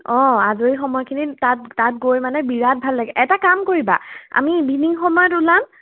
অঁ আজৰি সময়খিনিত তাত তাত গৈ মানে বিৰাট ভাল লাগে এটা কাম কৰিবা আমি সময়ত ওলাম